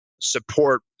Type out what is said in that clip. support